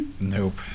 Nope